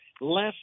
less